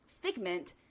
figment